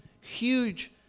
huge